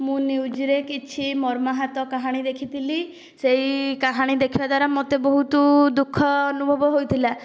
ମୁଁ ନିୟୁଜରେ କିଛି ମର୍ମାହାତ କାହାଣୀ ଦେଖିଥିଲି ସେଇ କାହାଣୀ ଦେଖିବା ଦ୍ୱାରା ମୋତେ ବହୁତ ଦୁଃଖ ଅନୁଭବ ହୋଇଥିଲା